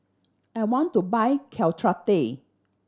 I want to buy Caltrate